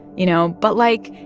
you know? but, like,